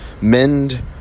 mend